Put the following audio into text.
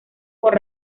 por